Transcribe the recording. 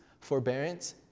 forbearance